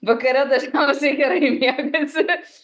vakare dažniausiai gerai miegasi